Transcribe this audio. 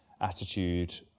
attitude